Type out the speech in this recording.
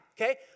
okay